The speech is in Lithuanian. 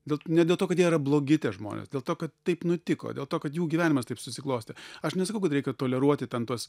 bet ne dėl to kad jie yra blogi tie žmonės dėl to kad taip nutiko dėl to kad jų gyvenimas taip susiklostė aš nesakau kad reikia toleruoti ten tuos